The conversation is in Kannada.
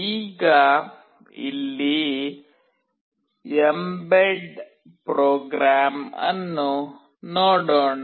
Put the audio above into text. ಈಗ ಇಲ್ಲಿ mbed ಪ್ರೋಗ್ರಾಂ ಅನ್ನು ನೋಡೋಣ